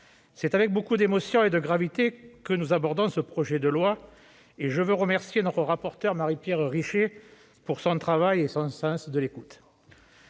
c'est avec beaucoup d'émotion et de gravité que nous abordons ce projet de loi et, avant tout, je tiens à remercier notre rapporteure, Marie-Pierre Richer, de son travail et de son sens de l'écoute.